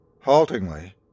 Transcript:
Haltingly